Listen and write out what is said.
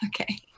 Okay